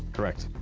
correct.